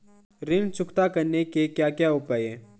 ऋण चुकता करने के क्या क्या उपाय हैं?